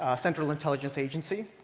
ah central intelligence agency.